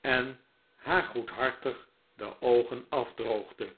en haar goedhartig de oogen afdroogde